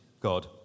God